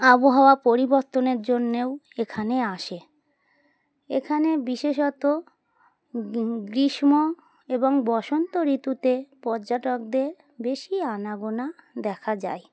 আবহাওয়া পরিবর্তনের জন্যেও এখানে আসে এখানে বিশেষত গ্রীষ্ম এবং বসন্ত ঋতুতে পর্যটকদের বেশি আনাগোনা দেখা যায়